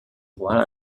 igual